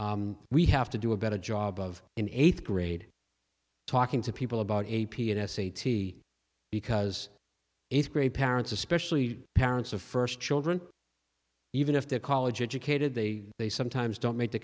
we have to do a better job of in eighth grade talking to people about a p s a t because it's great parents especially parents of first children even if they're college educated they they sometimes don't make the